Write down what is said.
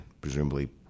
presumably